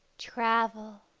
travel